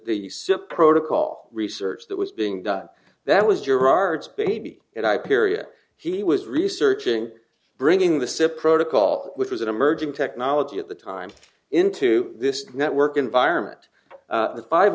the sip protocol research that was being done that was gerard's baby and i period he was researching bringing the sip protocol which was an emerging technology at the time into this network environment